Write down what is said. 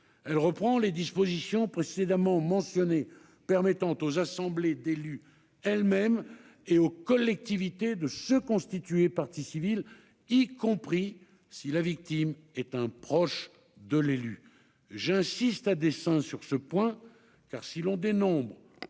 loi reprend les dispositions précédemment mentionnées qui permettent aux assemblées d'élus elles-mêmes, ainsi qu'aux collectivités, de se constituer partie civile, y compris si la victime est un proche de l'élu. J'insiste à dessein sur ce point, car, si l'on dénombre,